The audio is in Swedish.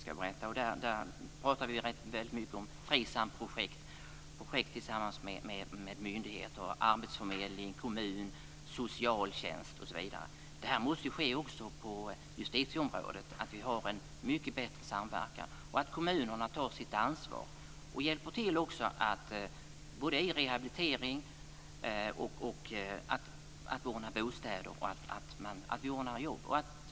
Där pratar vi mycket om FRISAM-projekt i samverkan mellan olika myndigheter såsom arbetsförmedling, kommuner, socialtjänst osv. En sådan samverkan måste ju också ske på justitieutskottets område. Kommunerna måste ta sitt ansvar och hjälpa till att rehabilitera och ordna bostäder och jobb.